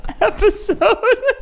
episode